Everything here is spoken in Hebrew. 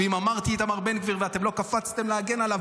ואם אמרתי "איתמר בן גביר" ואתם לא קפצתם להגן עליו,